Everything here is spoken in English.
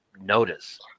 notice